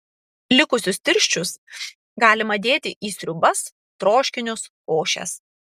likusius tirščius galima dėti į sriubas troškinius košes